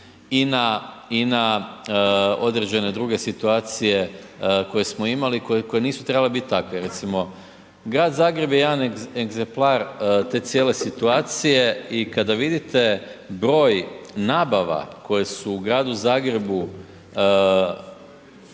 i na određene druge situacije koje smo imali i koje nisu trebale biti takve. Recimo, grad Zagreb je jedan egzemplar te cijele situacije i kada vidite broj nabava koje su u gradu Zagrebu